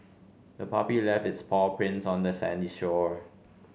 the puppy left its paw prints on the sandy shore